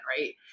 right